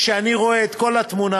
כשאני רואה את כל התמונה,